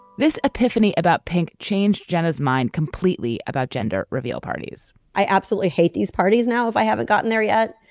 this epiphany about pink changed jenny's mind completely about gender reveal parties i absolutely hate these parties now if i haven't gotten there yet.